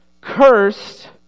Cursed